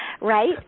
right